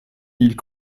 ils